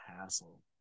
hassle